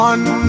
One